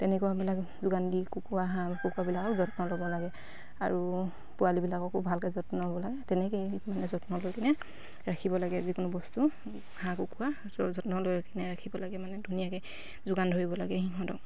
তেনেকুৱাবিলাক যোগান দি কুকুৰা হাঁহ কুকুৰাবিলাকক যত্ন ল'ব লাগে আৰু পোৱালিবিলাককো ভালকে যত্ন ল'ব লাগে তেনেকেই সেইটো মানে যত্ন লৈ কিনে ৰাখিব লাগে যিকোনো বস্তু হাঁহ কুকুৰা যত্ন লৈ কিনে ৰাখিব লাগে মানে ধুনীয়াকে যোগান ধৰিব লাগে সিহঁতক